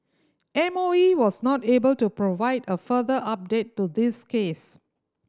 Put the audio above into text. M O E was not able to provide a further update to this case